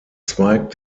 zweig